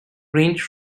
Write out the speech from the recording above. range